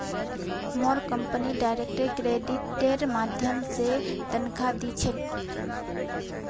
मोर company direct क्रेडिटेर माध्यम स तनख़ा दी छेक